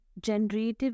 generative